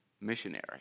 missionary